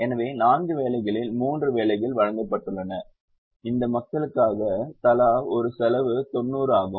எனவே 4 வேலைகளில் 3 வேலைகள் வழங்கப்பட்டுள்ளன இந்த மக்களுக்கு தலா ஒரு செலவு 90 ஆகும்